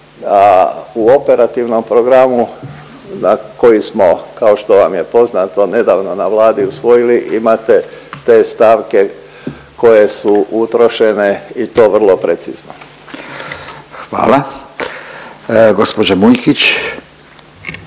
u operativnom programu koji smo kao što vam je poznato nedavno na Vladi usvojili, imate te stavke koje su utrošene i to vrlo precizno. **Radin, Furio